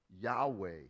Yahweh